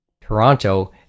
Toronto